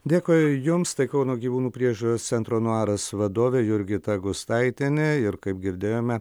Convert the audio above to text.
dėkui jums tai kauno gyvūnų priežiūros centro nuaras vadovė jurgita gustaitienė ir kaip girdėjome